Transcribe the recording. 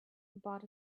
bought